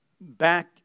back